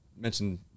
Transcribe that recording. mentioned